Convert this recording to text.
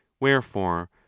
wherefore